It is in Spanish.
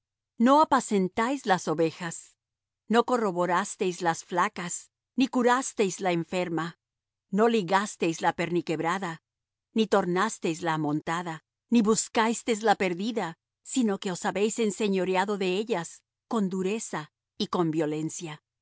no apacentáis las ovejas no corroborasteis las flacas ni curasteis la enferma no ligasteis la perniquebrada ni tornasteis la amontada ni buscasteis la perdida sino que os habéis enseñoreado de ellas con dureza y con violencia